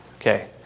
Okay